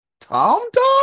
Tom-Tom